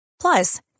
Plus